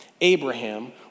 Abraham